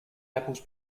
apples